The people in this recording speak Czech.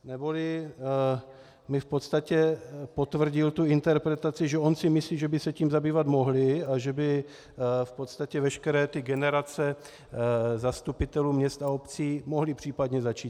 Neboli mi v podstatě potvrdil interpretaci, že on si myslí, že by se tím zabývat mohli a že by v podstatě veškeré generace zastupitelů měst a obcí mohli případně začít stíhat.